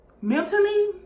mentally